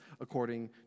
according